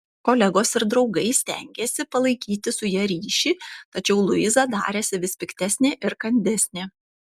kolegos ir draugai stengėsi palaikyti su ja ryšį tačiau luiza darėsi vis piktesnė ir kandesnė